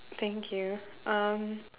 thank you um